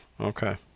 okay